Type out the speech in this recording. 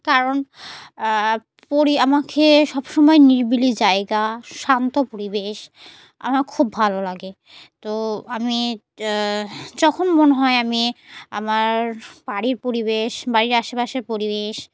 কারণ পরি আমাকে সবসময় নিরিবিলি জায়গা শান্ত পরিবেশ আমার খুব ভালো লাগে তো আমি যখন মনে হয় আমি আমার বাড়ির পরিবেশ বাড়ির আশেপাশের পরিবেশ